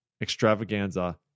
Extravaganza